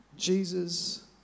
Jesus